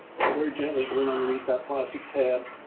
very gently going underneath that plastic tab,